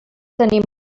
tenir